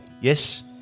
Yes